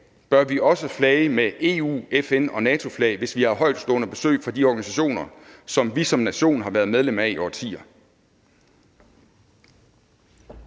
bør vi også flage med EU-, FN- og NATO-flag, hvis vi har højtstående besøg fra de organisationer, som vi som nation har været medlem af i årtier.